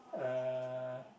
uh